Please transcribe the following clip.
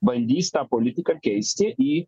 bandys tą politiką keisti į